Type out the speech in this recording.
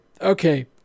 okay